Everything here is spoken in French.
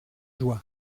joie